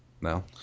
No